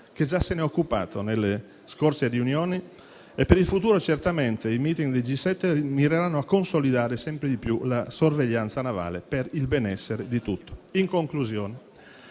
che già se ne è occupato nelle scorse riunioni e per il futuro certamente i *meeting* del G7 mireranno a consolidare sempre di più la sorveglianza navale per il benessere di tutti. In conclusione,